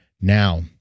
Now